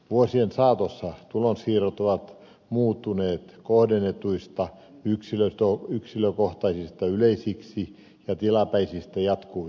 vuosien saatossa tulonsiirrot ovat muuttuneet kohdennetuista yksilö kohtaisista yleisiksi ja tilapäisistä jatkuviksi